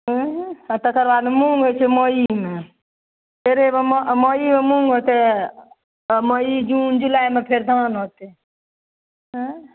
हुँ आओर तकर बाद मूँग होइ छै मइमे फेर हेबे मइमे मूँग होतै मइ जून जुलाइमे फेर धान होतै